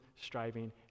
striving